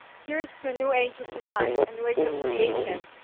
here's to a new age of design, a new age of creation,